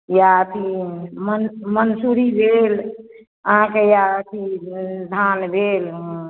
या अथी मन्सूरी भेल अहाँकेँ या अथी धान भेल